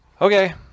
okay